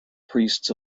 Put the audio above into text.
priests